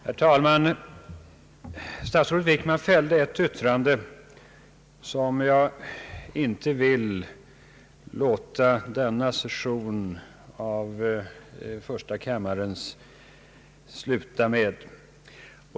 Herr talman! Statsrådet Wickman fällde ett yttrande som jag inte vill låta denna session av första kammaren sluta med.